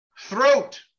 throat